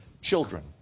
children